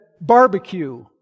Barbecue